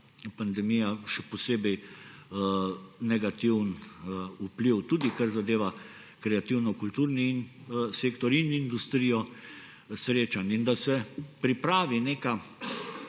pandemija še posebej negativen vpliv, tudi kar zadeva kreativno-kulturni sektor in industrijo srečanj, in da se pripravi neka